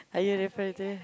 are you referring to him